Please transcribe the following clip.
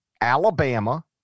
Alabama